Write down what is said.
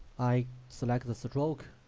i select the stroke